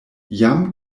jam